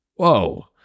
whoa